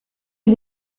est